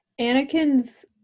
anakin's